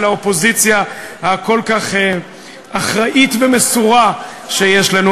האופוזיציה הכל-כך אחראית ומסורה שיש לנו.